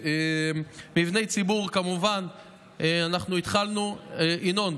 מבני ציבור, כמובן התחלנו, ינון,